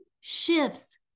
shifts